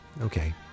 Okay